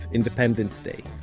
independence day,